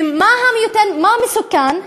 ומה מסוכן,